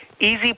Easy